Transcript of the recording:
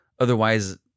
Otherwise